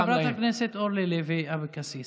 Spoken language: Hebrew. חברת הכנסת אורלי לוי אבקסיס.